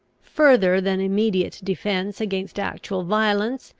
further than immediate defence against actual violence,